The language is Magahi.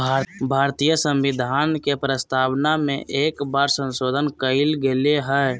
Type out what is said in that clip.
भारतीय संविधान के प्रस्तावना में एक बार संशोधन कइल गेले हइ